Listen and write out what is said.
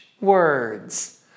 words